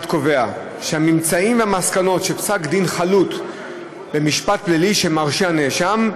קובע שהממצאים והמסקנות של פסק-דין חלוט במשפט פלילי שמרשיע נאשם,